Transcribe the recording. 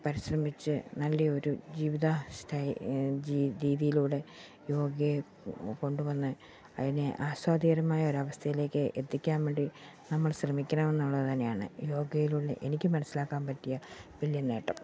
പരിശ്രമിച്ച് നല്ലയൊരു ജീവിത രീതിയിലൂടെ യോഗയെ കൊണ്ടുവന്ന് അതിനെ അസാധ്യകരമായ ഒരവസ്ഥയിലേക്ക് എത്തിക്കാൻ വേണ്ടി നമ്മൾ ശ്രമിക്കണമെന്നുള്ളത് തന്നെയാണ് യോഗയിലൂടെ എനിക്ക് മനസ്സിലാക്കാൻ പറ്റിയ വലിയ നേട്ടം